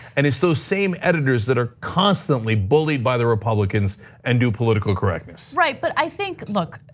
and it's those same editors that are constantly bullied by the republicans and do political correctness. right, but i think, look,